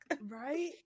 Right